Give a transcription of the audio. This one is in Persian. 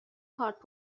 کارت